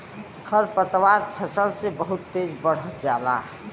खरपतवार फसल से बहुत तेज बढ़ जाला